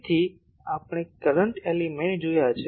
તેથી આપણે current element જોયા છે